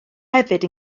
hefyd